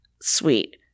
Sweet